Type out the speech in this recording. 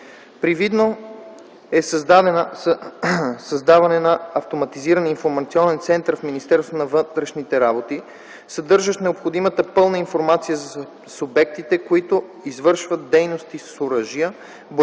Предвидено е създаване на автоматизиран информационен регистър в Министерството на вътрешните работи, съдържащ необходимата пълна информация за субектите, които извършват дейности с оръжия, боеприпаси,